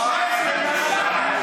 אי-אפשר.